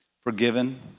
forgiven